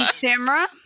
Camera